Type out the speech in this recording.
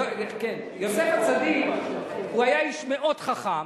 יוסף הצדיק היה איש מאוד חכם,